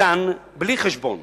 כאן בלי חשבון.